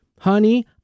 Honey